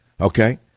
Okay